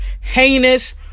heinous